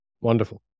Wonderful